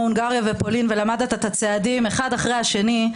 הונגריה ופולין ולמדת את הצעדים אחד אחרי השני.